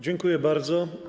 Dziękuję bardzo.